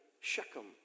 Shechem